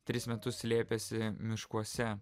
tris metus slėpėsi miškuose